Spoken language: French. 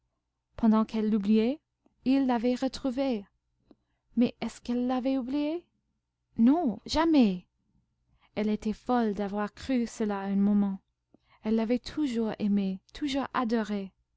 pendant qu'elle l'oubliait il l'avait retrouvée mais est-ce qu'elle l'avait oublié non jamais elle était folle d'avoir cru cela un moment elle l'avait toujours aimé toujours adoré